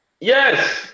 yes